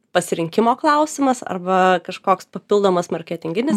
pasirinkimo klausimas arba kažkoks papildomas marketinginis